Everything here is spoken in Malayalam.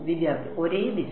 വിദ്യാർത്ഥി ഒരേ ദിശ